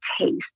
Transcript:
taste